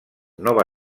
nova